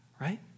right